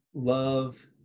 love